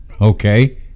okay